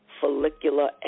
Follicular